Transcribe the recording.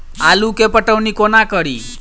आलु केँ पटौनी कोना कड़ी?